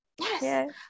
Yes